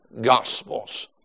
gospels